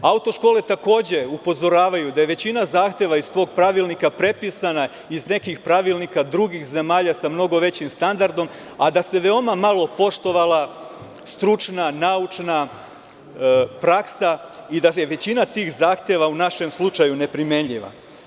Auto škole takođe upozoravaju da je većina zahteva iz tog pravilnika prepisana iz nekih pravilnika drugih zemalja sa mnogo većim standardom, a da se veoma malo poštovala stručna, naučna praksa i da je većina tih zahteva, u našem slučaju, ne primenjiva.